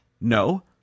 no